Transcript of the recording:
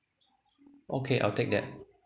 okay I'll take that